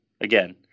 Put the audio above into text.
Again